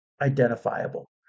identifiable